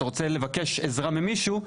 אתה רוצה לבקש עזרה ממישהו,